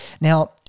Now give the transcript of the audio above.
Now